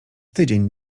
tydzień